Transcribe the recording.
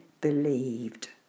believed